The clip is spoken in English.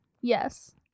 yes